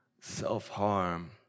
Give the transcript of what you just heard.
self-harm